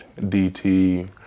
DT